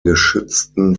geschützten